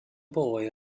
boy